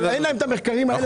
אבל אין להם את המחקרים האלה.